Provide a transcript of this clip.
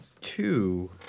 two